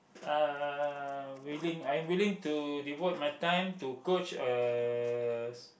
uh willing I'm winning to devote my time to coach uh